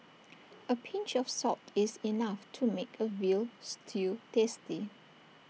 A pinch of salt is enough to make A Veal Stew tasty